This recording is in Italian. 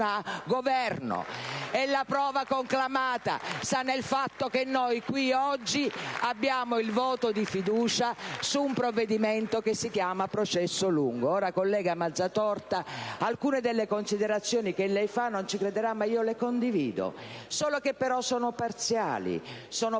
La prova conclamata sta nel fatto che oggi qui è stata posta la questione di fiducia su un provvedimento che si chiama processo lungo. Ora, collega Mazzatorta, alcune delle considerazioni che lei fa, non ci crederà, ma le condivido, solo che però sono solo parziali: